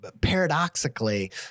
paradoxically